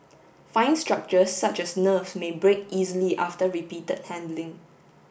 fine structures such as nerves may break easily after repeated handling